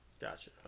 Gotcha